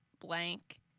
blank